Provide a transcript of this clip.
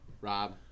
Rob